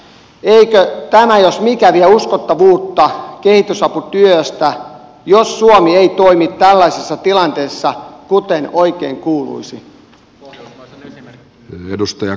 eikö tämä jos mikä vie uskottavuutta kehitysaputyöstä jos suomi ei toimi tällaisissa tilanteissa kuten oikein kuuluisi